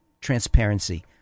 transparency